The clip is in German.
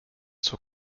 zur